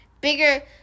Bigger